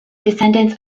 descendants